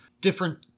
different